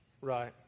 Right